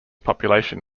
population